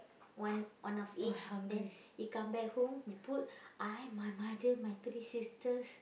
one one of each then you come back home you put I my mother my three sisters